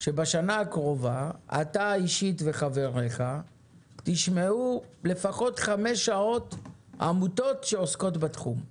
שבשנה הקרובה אתה וחבריך תשמעו לפחות חמש שעות עמותות שעוסקות בתחום.